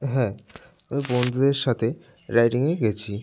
হ্যাঁ আমি বন্ধুদের সাথে রাইডিংয়ে গেছি